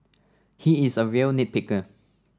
he is a real nit picker